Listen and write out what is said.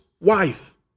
wife